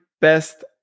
best